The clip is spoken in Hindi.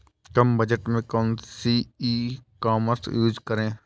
कम बजट में कौन सी ई कॉमर्स यूज़ करें?